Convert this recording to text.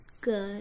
Good